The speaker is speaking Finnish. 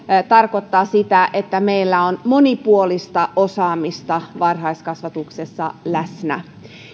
tarkoittaa sitä että meillä on monipuolista osaamista varhaiskasvatuksessa läsnä